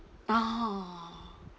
oh